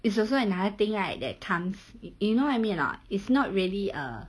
is also another thing right that comes y~ you know what I mean or not it's not really a